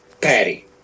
Patty